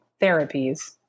therapies